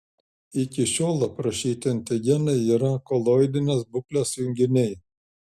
iki šiol aprašyti antigenai yra koloidinės būklės junginiai